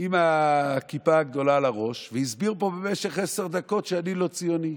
עם הכיפה הגדולה על הראש והסביר פה במשך עשר דקות שאני לא ציוני.